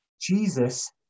Jesus